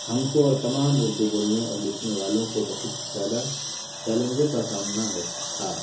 ہم کو اور تمام اردو بولنے اور لکھنے والوں کو بہت زیادہ چیلنجوں کا سامنا ہو تھا